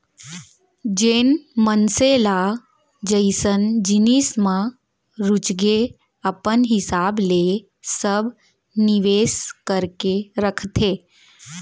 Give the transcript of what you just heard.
जेन मनसे ल जइसन जिनिस म रुचगे अपन हिसाब ले सब निवेस करके रखथे